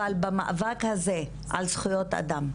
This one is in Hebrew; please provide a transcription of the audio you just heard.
אבל במאבק הזה על זכויות אדם,